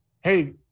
hey